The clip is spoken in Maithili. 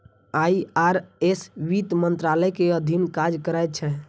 आई.आर.एस वित्त मंत्रालय के अधीन काज करै छै